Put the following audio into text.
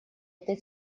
этой